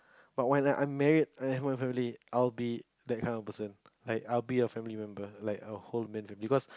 but when I I'm married I have my own family I'll be that kind of person like I'll be a family member like I'll hold man to me because